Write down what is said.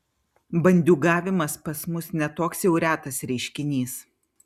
bandiūgavimas pas mus ne toks jau retas reiškinys